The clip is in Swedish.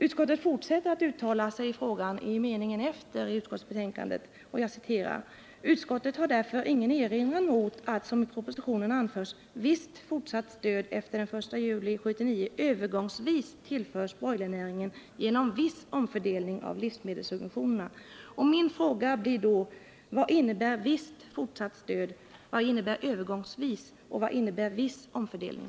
Utskottet fortsätter att uttala sig i frågan i den följande meningen: ”Utskottet har därför ingen erinran mot att som i propositionen anförs visst fortsatt stöd efter den 1 juli 1979 övergångsvis tillförs broilernäringen genom viss omfördelning av livsmedelssubventionerna.” Min fråga till utskottets talesman blir då: Vad innebär ”visst fortsatt stöd”, vad innebär ”övergångsvis” och vad innebär ”viss omfördelning”?